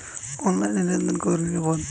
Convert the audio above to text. অনলাইনে লেন দেন কতটা নিরাপদ?